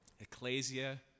ecclesia